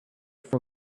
from